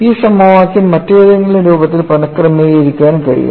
ഈ സമവാക്യം മറ്റേതെങ്കിലും രൂപത്തിൽ പുനക്രമീകരിക്കാൻ കഴിയുമോ